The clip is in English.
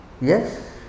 Yes